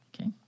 Okay